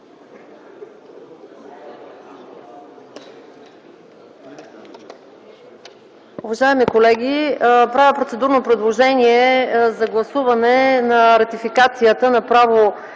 Уважаеми колеги, правя процедурно предложение за гласуване на ратификацията направо